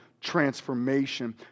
transformation